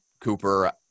Cooper